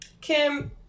Kim